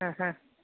ആ ഹ